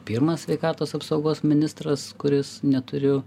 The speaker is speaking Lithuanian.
pirmas sveikatos apsaugos ministras kuris neturiu